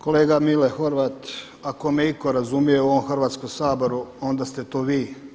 Kolega Mile Horvat, ako me itko razumije u ovom Hrvatskom saboru onda ste to vi.